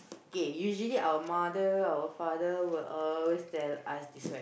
okay usually our mother our father will always tell us this one